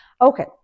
Okay